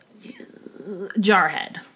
Jarhead